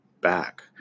back